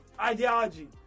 ideology